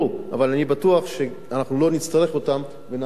אבל אני בטוח שלא נצטרך אותן ונעמיד את